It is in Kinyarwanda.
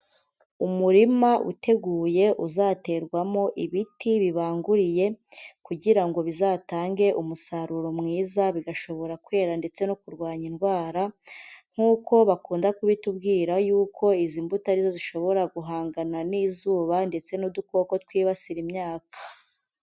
Umurima uteguye uzaterwamo ibiti bibanguriye kugira ngo bizatange umusaruro mwiza bigashobora kwera ndetse no kurwanya indwara, nk'uko bakunda kubitubwira yuko izi mbuto arizo zishobora guhangana n'izuba ndetse n'udukoko twibasira imyaka.